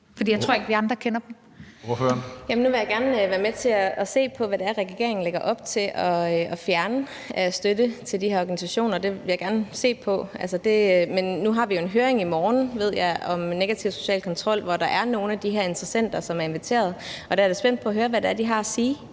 Ordføreren. Kl. 15:20 Susie Jessen (DD): Jeg vil gerne være med til at se på, hvad det er, regeringen lægger op til at fjerne af støtte til de her organisationer. Det vil jeg gerne se på. Men nu har vi jo en høring i morgen, ved jeg, om negativ social kontrol, hvor nogle af de her interessenter er inviteret, og der er jeg da spændt på at høre, hvad det er, de har at sige.